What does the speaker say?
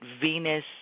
Venus